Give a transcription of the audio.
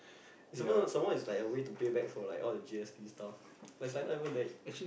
it's some more some more it's like a way to pay back for like all the G_S_T stuff but it's like not even there already